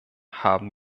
haben